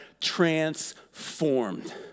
transformed